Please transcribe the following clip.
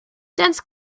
dense